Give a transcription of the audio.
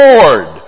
Lord